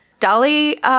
Dolly